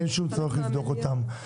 אין שום צורך לבדוק אותם.